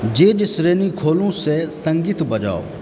jazz श्रेणी खोलू सङ्गीत बजाउ